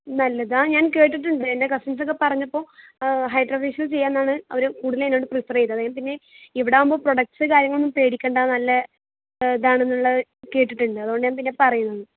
നല്ലതാണോ ഞാൻ കേട്ടിട്ടുണ്ട് എൻ്റെ കസിൻസ് ഒക്കെ പറഞ്ഞപ്പോൾ ഹൈഡ്രാ ഫേഷ്യൽ ചെയ്യാമെന്നാണ് അവർ കൂടുതലും എന്നോട് പ്രിഫർ ചെയ്തത് അതിന് പിന്നെ ഇവിടെ ആവുമ്പോൾ പ്രൊഡക്റ്റ്സ് കാര്യങ്ങളൊന്നും പേടിക്കേണ്ട നല്ല ഇതാണെന്നുള്ളത് കേട്ടിട്ടുണ്ട് അതുകൊണ്ടാണ് ഞാൻ പിന്നെ പറയുന്നത്